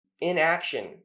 inaction